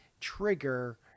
trigger